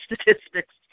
statistics